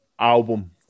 album